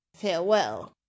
farewell